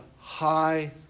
high